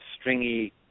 stringy